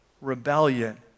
rebellion